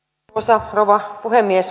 arvoisa rouva puhemies